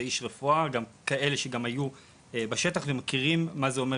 זה איש רפואה וגם כאלה שגם היו בשטח ומכירים מה זה אומר